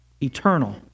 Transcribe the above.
eternal